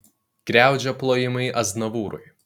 griaudžia plojimai aznavūrui